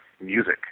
music